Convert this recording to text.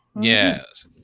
yes